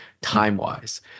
time-wise